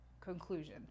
Conclusion